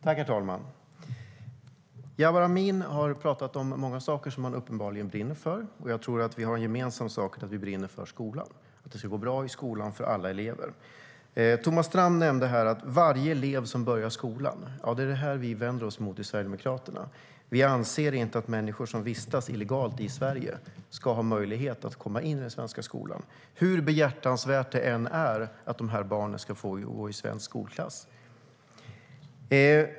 Herr talman! Jabar Amin har talat om många saker han uppenbarligen brinner för. Jag tror att vi har det gemensamt att vi brinner för skolan och att det ska gå bra i skolan för alla elever. Thomas Strand talade om varje elev som börjar skolan, och det är det vi i Sverigedemokraterna vänder oss mot. Vi anser inte att människor som vistas illegalt i Sverige ska ha möjlighet att komma in i den svenska skolan, hur behjärtansvärt det än är att dessa barn ska få gå i en svensk skolklass.